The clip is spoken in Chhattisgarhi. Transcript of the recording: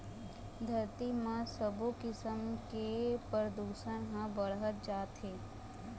धरती म सबो किसम के परदूसन ह बाढ़त जात हे